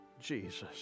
Jesus